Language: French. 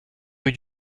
rue